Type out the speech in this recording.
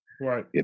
Right